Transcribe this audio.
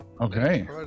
Okay